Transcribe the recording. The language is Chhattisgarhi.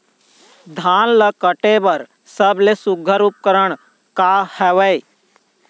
धान ला काटे बर सबले सुघ्घर उपकरण का हवए?